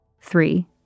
Three